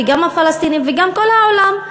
וגם הפלסטינים וגם כל העולם,